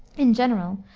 in general,